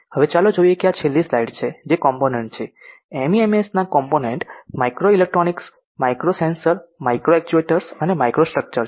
હવે ચાલો જોઈએ કે આ છેલ્લી સ્લાઇડ છે જે કોમ્પોનેન્ટ છે એમઇએમએસના component micro electronics micro sensor micro actuators અને માઇક્રો સ્ટ્રક્ચર્સ છે